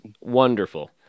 wonderful